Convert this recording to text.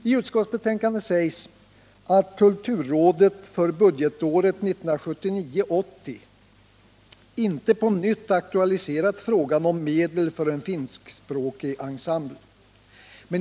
I utskottsbetänkandet sägs att kulturrådet för budgetåret 1979/80 inte på nytt har aktualiserat frågan om medel för en finskspråkig ensemble.